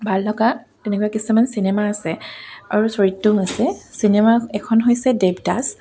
ভাল লগা তেনেকুৱা কিছুমান চিনেমা আছে আৰু চৰিত্ৰও আছে চিনেমা এখন হৈছে দেৱদাছ